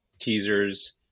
teasers